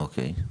אוקיי.